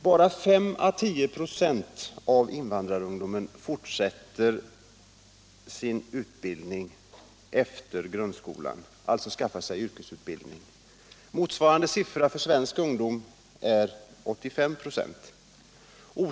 Bara 5 å 10 26 av invandrarungdomen fortsätter sin skolgång efter grundskolan — alltså skaffar sig yrkesutbildning. Motsvarande siffra för svensk ungdom är 85 926.